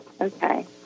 Okay